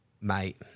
Mate